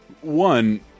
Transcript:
one